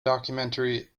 documentary